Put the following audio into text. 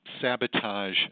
sabotage